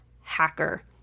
hacker